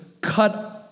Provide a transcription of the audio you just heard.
cut